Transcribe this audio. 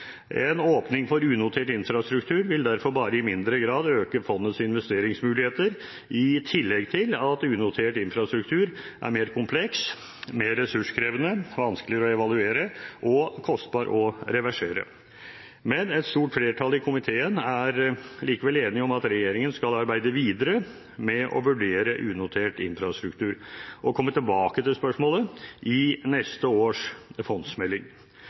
En åpning for unotert infrastruktur vil derfor bare i mindre grad øke fondets investeringsmuligheter, i tillegg til at unotert infrastruktur er mer kompleks, mer ressurskrevende, vanskeligere å evaluere og kostbar å reversere. Et stort flertall i komiteen er likevel enig om at regjeringen skal arbeide videre med å vurdere unotert infrastruktur, og komme tilbake til spørsmålet i neste års fondsmelding.